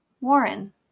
Warren